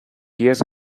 pies